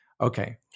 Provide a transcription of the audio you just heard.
Okay